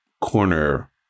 corner